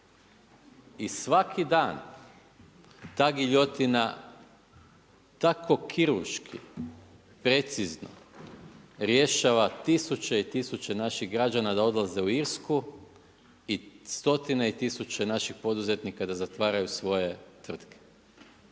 i svaki dan, ta giljotina, tako kirurški, precizno rješava 1000 i 1000 naših građana da odlaze u Irsku i stotine tisuće naših poduzetnika da zatvaraju svoje tvrtke.